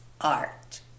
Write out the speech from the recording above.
art